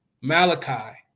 Malachi